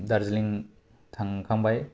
दार्जिलिं थांखांबाय